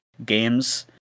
Games